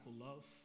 love